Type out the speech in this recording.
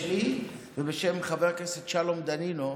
בשמי ובשם חבר הכנסת שלום דנינו.